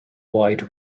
wide